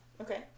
okay